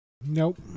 Nope